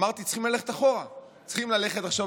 אמרתי שצריך ללכת אחורה,